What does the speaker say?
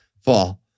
fall